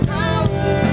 power